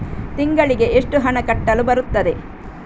ತಿಂಗಳಿಗೆ ಎಷ್ಟು ಹಣ ಕಟ್ಟಲು ಬರುತ್ತದೆ?